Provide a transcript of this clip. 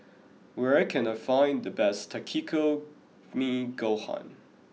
where can I find the best Takikomi Gohan